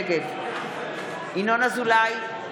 נגד ינון אזולאי,